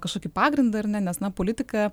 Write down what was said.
kažkokį pagrindą ar ne nes na politika